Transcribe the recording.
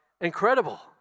Incredible